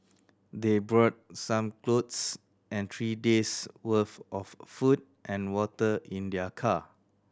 they brought some clothes and three days' worth of a food and water in their car